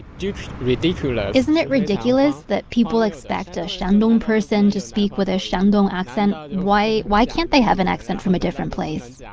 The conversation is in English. ridiculous isn't it ridiculous that people expect a shandong person to speak with a shandong accent? why why can't they have an accent from a different place? yeah